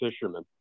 fishermen